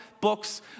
books